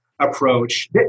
approach